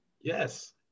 Yes